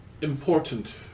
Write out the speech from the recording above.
important